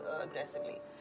aggressively